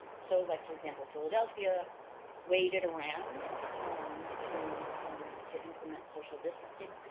so like for example, philadelphia waited around um to to implement social distancing,